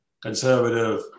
conservative